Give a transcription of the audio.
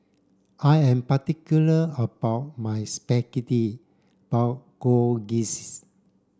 I am particular about my Spaghetti Bolognese